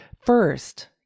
First